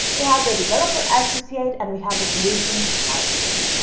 we have the developer associate and we have the solution architect.